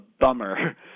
bummer